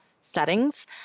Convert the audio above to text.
settings